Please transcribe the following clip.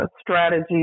strategy